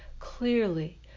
Clearly